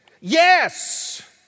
yes